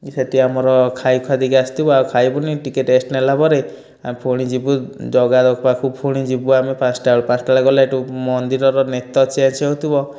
ସେଇଠୁ ଆମର ଖାଇ ସାରିକି ଆସିଥିବୁ ଆଉ ଖାଇବୁନି ଟିକିଏ ରେଷ୍ଟ ନେଲା ପରେ ଆଉ ପୁଣି ଯିବୁ ଜଗା ପାଖକୁ ପୁଣି ଯିବୁ ଆମେ ପାଞ୍ଚଟା ବେଳକୁ ପାଞ୍ଚଟା ବେଳେ ଗଲେ ସେଇଠୁ ମନ୍ଦିରର ନେତ ଚେଞ୍ଜ ହେଉଥିବ